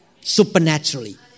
Supernaturally